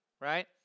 right